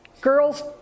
girls